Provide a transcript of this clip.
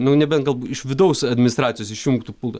nu nebent galbūt iš vidaus administracijos išjungtų pultą